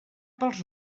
pels